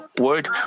word